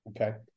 okay